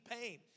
pain